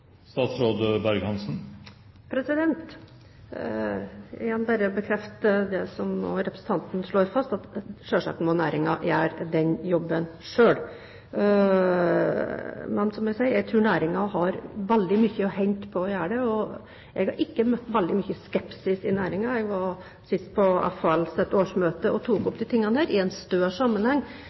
jeg bekrefte det som representanten nå slår fast, at næringen selvsagt må gjøre den jobben selv. Men, som jeg sier, jeg tror næringen har veldig mye å hente på å gjøre det, og jeg har ikke møtt veldig mye skepsis i næringen. Jeg var sist på FHLs årsmøte og tok opp dette i en større sammenheng. Jeg jobber veldig mye med å sette fiskeri- og havbrukspolitikken inn i en større sammenheng